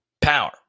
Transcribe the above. power